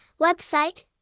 website